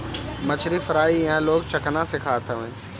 मछरी फ्राई इहां लोग चखना में खात हवे